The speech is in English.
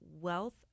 wealth